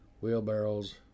wheelbarrows